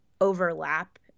overlap